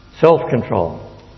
self-control